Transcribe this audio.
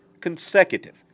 consecutive